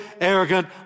arrogant